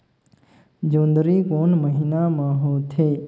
जोंदरी कोन महीना म होथे?